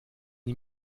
die